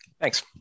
Thanks